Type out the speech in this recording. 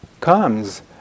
comes